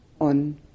on